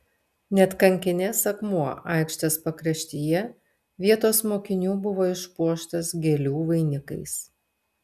net kankinės akmuo aikštės pakraštyje vietos mokinių buvo išpuoštas gėlių vainikais